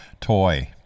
Toy